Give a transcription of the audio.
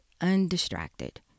Undistracted